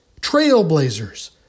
trailblazers